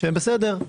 שהם בסדר.